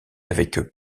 avec